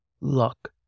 luck